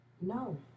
No